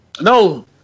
No